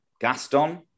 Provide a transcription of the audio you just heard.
Gaston